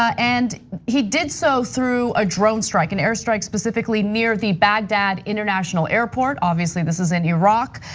and he did so through a drone strike, an air strike specifically near the baghdad international airport. obviously this is in iraq.